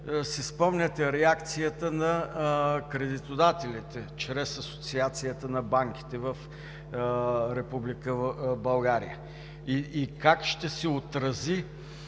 си спомняте реакцията на кредитодателите чрез Асоциацията на банките в Република България и как ще се отрази